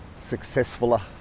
successfuler